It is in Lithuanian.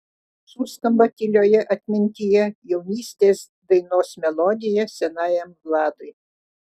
suskamba tylioje atmintyje jaunystės dainos melodija senajam vladui